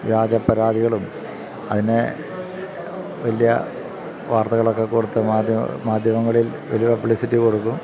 വ്യാജ പരാതികളും അതിന് വലിയ വാർത്തകളൊക്കെ കൊടുത്ത് മാധ്യമങ്ങളിൽ വലിയ പബ്ലിസിറ്റി കൊടുക്കും